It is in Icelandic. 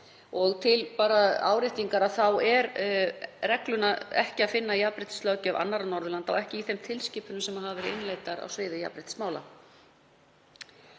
hæfi. Til áréttingar er reglurnar ekki að finna í jafnréttislöggjöf annarra Norðurlanda og ekki í þeim tilskipunum sem hafa verið innleiddar á sviði jafnréttismála.